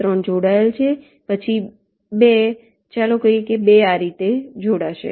3 જોડાયેલ છે પછી 2 ચાલો કહીએ કે 2 આ રીતે જોડાશે